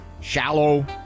shallow